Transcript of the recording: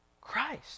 Christ